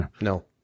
no